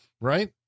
right